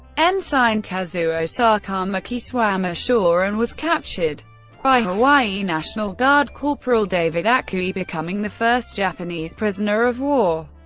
ensign kazuo sakamaki swam ashore and was captured by hawaii national guard corporal david akui, becoming the first japanese prisoner of war.